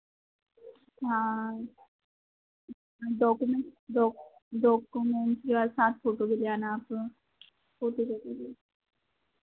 हाँ हाँ documents doc documents साथ फ़ोटो खिंचवाना आप फ़ोटो लगेगी